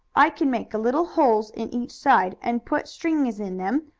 i can make little holes in each side, and put strings in them,